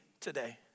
today